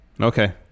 Okay